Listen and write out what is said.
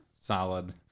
solid